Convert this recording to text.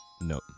No